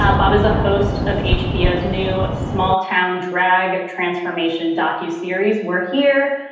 ah bob is a host of hbo, has new small town drag transformation docu series where here,